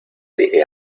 dije